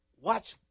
Watch